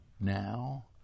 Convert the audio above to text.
now